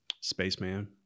spaceman